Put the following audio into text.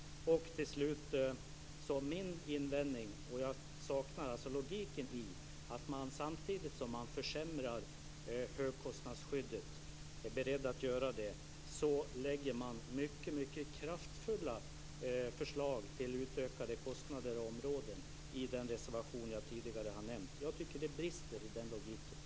Till slut: Min invändning är - och jag saknar logiken i - att samtidigt som man försämrar högkostnadsskyddet och är beredd att göra det lägger man mycket kraftfulla förslag till utökade kostnader och områden i den reservation jag tidigare har nämnt. Jag tycker att det brister i den logiken.